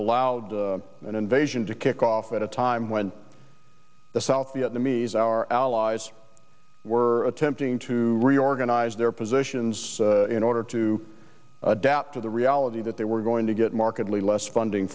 allowed an invasion to kick off at a time when the south vietnamese our allies were empting to reorganize their positions in order to adapt to the reality that they were going to get markedly less funding